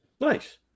nice